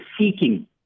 seeking